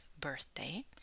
birthday